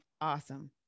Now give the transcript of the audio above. Awesome